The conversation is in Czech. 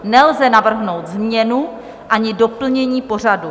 Nelze navrhnout změnu ani doplnění pořadu.